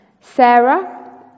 Sarah